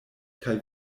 kaj